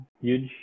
huge